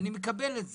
אני מקבל את זה: